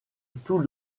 tout